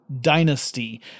dynasty